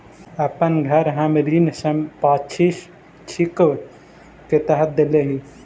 अपन घर हम ऋण संपार्श्विक के तरह देले ही